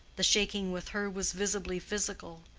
the shaking with her was visibly physical,